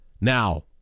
Now